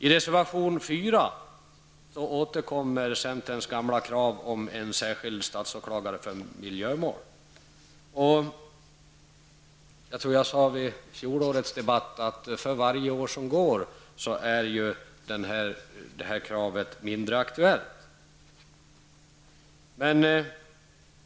I reservation 4 återkommer centerns gamla krav på en särskild statsåklagare för miljömål. Jag sade redan i fjolårets debatt att detta krav blir mindre aktuellt för varje år som går.